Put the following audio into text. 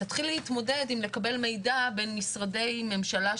תתחיל להתמודד עם לקבל מידע בין משרדי ממשלה שונים,